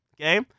Okay